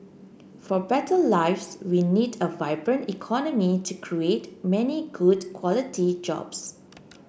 for better lives we need a vibrant economy to create many good quality jobs